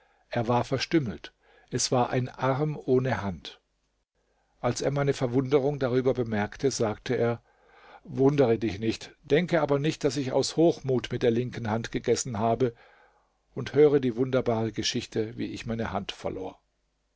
er war verstümmelt es war ein arm ohne hand als er meine verwunderung darüber bemerkte sagte er wundere dich nicht denke aber nicht daß ich aus hochmut mit der linken hand gegessen habe und höre die wunderbare geschichte wie ich meine hand verlor